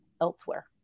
elsewhere